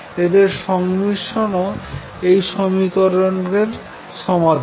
এদের সংমিশ্রন ও এই সমিকরনের সমাধান